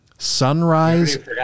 sunrise